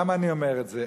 למה אני אומר את זה?